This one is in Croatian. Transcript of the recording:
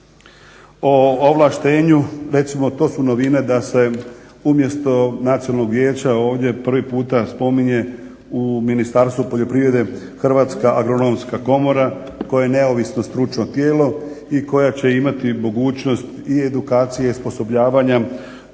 o ovlaštenju recimo to su novine da se umjesto nacionalnog vijeća ovdje prvi puta spominje u Ministarstvu poljoprivrede Hrvatska agronomska komora koja je neovisno stručno tijelo i koja će imati mogućnosti i edukacije i osposobljavanja